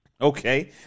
Okay